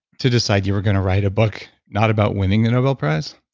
to decide you were going to write a book? not about winning a nobel prize,